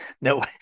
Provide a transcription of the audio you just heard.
No